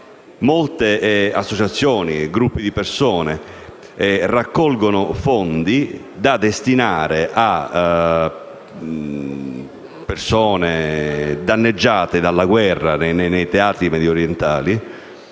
molte associazioni o gruppi di persone raccolgono fondi da destinare a persone danneggiate dalla guerra nei teatri mediorientali.